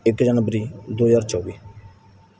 ਇੱਕ ਜਨਵਰੀ ਦੋ ਹਜ਼ਾਰ ਚੌਵੀ